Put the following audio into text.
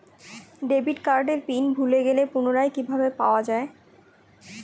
Debit কার্ডের PIN ভুলে গেলে পুনরায় কিভাবে পাওয়া য়ায়?